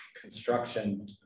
construction